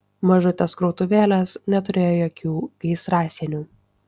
mažutės krautuvėlės neturėjo jokių gaisrasienių